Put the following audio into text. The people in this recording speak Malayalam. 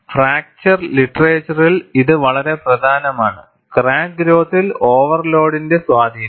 ഫ്രാക്ചർ ലിറ്ററേച്ചറിൽ ഇത് വളരെ പ്രധാനമാണ് ക്രാക്ക് ഗ്രോത്തിൽ ഓവർലോഡിന്റെ സ്വാധീനം